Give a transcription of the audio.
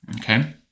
okay